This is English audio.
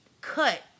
cut